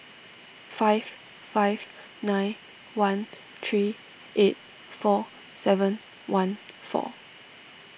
five five nine one three eight four seven one four